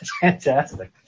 Fantastic